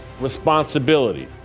responsibility